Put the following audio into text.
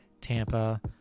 Tampa